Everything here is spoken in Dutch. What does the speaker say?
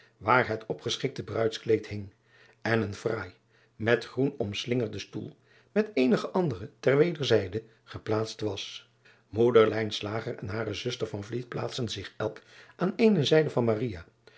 waar het opgeschikte bruidskleed hing en een fraai met groen omslingerde stoel met eenige andere ter wederzijde geplaatst was oeder en hare zuster plaatsten zich elk aan eene zijde van